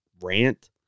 rant